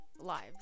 lives